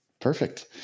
Perfect